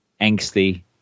angsty